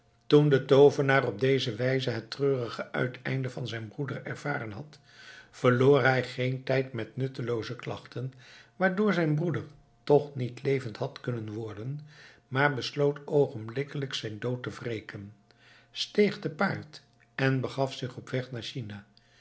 toen de toovenaar op deze wijze het treurige uiteinde van zijn broeder ervaren had verloor hij geen tijd met nuttelooze klachten waardoor zijn broeder toch niet levend had kunnen worden maar besloot oogenblikkelijk zijn dood te wreken steeg te paard en begaf zich op weg naar china